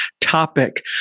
Topic